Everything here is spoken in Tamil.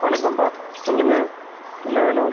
வணக்கம்ப்பா சொல்லுங்கள் என்ன வேணும்